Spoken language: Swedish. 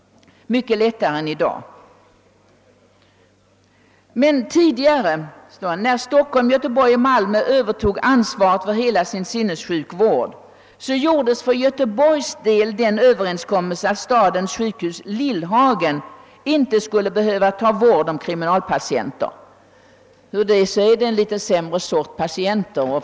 När Stockholm, Göteborg och Malmö övertog ansvaret för hela sin sinnessjukvård träffades för Göteborgs del den överenskommelsen, att stadens sjukhus Lillhagen inte skulle behöva ta vård om kriminalpatienter . Hur det nu är betraktas de som en sämre sorts patienter.